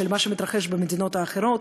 של מה שמתרחש במדינות האחרות,